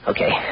Okay